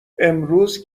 امروز